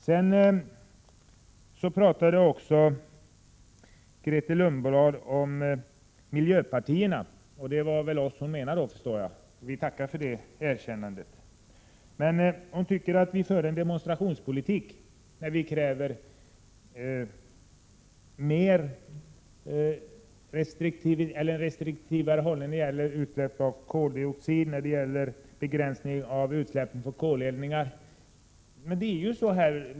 Grethe Lundblad pratade också om miljöpartierna, och det var väl oss hon menade då, förstår jag. Vi tackar för det erkännandet. Men hon tycker att vi för en demonstrationspolitik när vi kräver restriktivare hållning i fråga om utsläpp av koldioxid, begränsning av utsläppen från koleldningar.